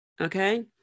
Okay